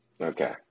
Okay